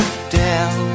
down